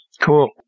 Cool